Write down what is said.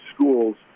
schools